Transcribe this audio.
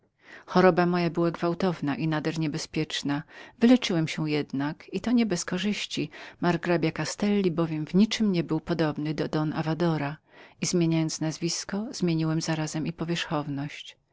choroba moja była gwałtowną i nader niebezpieczną wyleczyłem się jednak i to nie bez korzyści margrabia castelli bowiem w niczem nie był podobnym do don avadora i zmieniając nazwisko zmieniłem zarazem i powierzchowność